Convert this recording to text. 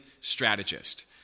strategist